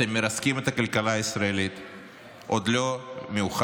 אתם מרסקים את הכלכלה הישראלית.